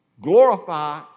glorify